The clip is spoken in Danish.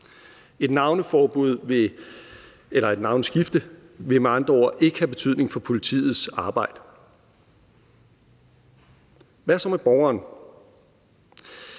navn. Et navneskift vil med andre ord ikke have betydning for politiets arbejde. Hvad så med borgeren?